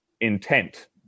intent